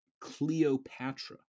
Cleopatra